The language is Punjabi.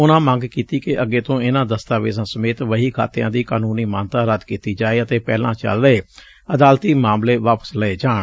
ਉਨੁਾ ਮੰਗ ਕੀਤੀ ਕਿ ਅੱਗੇ ਤੋਂ ਇਨੁਾਂ ਦਸਤਾਵੇਜਾਂ ਸਮੇਤ ਵਹੀ ਖਾਤਿਆਂ ਦੀ ਕਾਨੂੰਨੀ ਮਾਨਤਾ ਰੱਦ ਕੀਤੀ ਜਾਵੇ ਅਤੇ ਪਹਿਲਾਂ ਚੱਲ ਰਹੇ ਅਦਾਲਤੀ ਮਾਮਲੇ ਵਾਪਸ ਲਏ ਜਾਣ